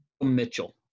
Mitchell